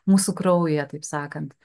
mūsų kraujyje taip sakant